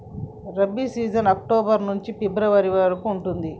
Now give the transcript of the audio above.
rabi season October నుంచి ఫిబ్రవరి వరకు ఉంటది